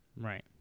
Right